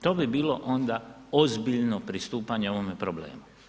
To bi bilo onda ozbiljno pristupanje ovome problemu.